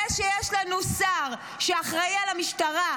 זה שיש לנו שר שאחראי למשטרה,